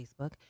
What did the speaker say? Facebook